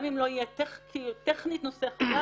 גם אם טכנית זה לא יהיה נושא חדש,